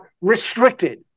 restricted